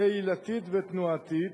קהילתית ותנועתית,